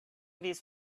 these